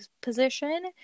Position